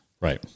Right